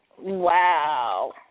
Wow